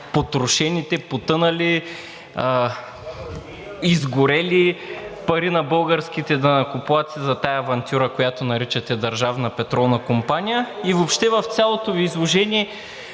потрошените, потънали, изгорели пари на българските данъкоплатци за тази авантюра, която наричате Държавна петролна компания. И въобще в цялото изложение